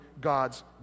God's